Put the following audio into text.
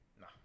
Nah